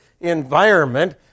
environment